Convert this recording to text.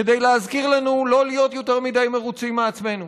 כדי להזכיר לנו לא להיות יותר מדי מרוצים מעצמנו